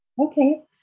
Okay